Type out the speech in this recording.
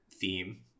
theme